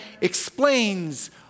explains